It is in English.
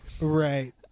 Right